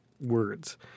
words